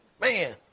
Man